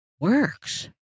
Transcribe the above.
works